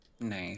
Nice